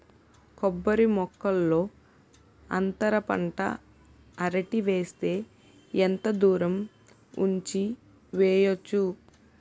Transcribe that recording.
కొబ్బరి మొక్కల్లో అంతర పంట అరటి వేస్తే ఎంత దూరం ఉంచి వెయ్యొచ్చు?